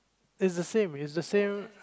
is the same is the same